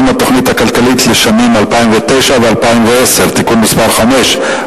התוכנית הכלכלית לשנים 2009 ו-2010) (תיקון מס' 5),